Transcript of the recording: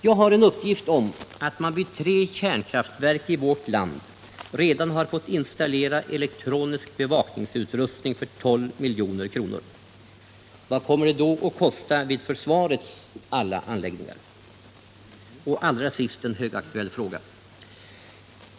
Jag har en uppgift om att man vid tre kärnkraftverk i vårt land redan har fått installera elektronisk bevakningsutrustning för 12 milj.kr. Vad kommer det då att kosta vid försvarets alla anläggningar? Allra sist en högaktuell fråga.